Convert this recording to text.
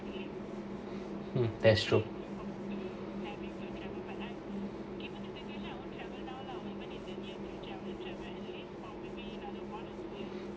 mm that's true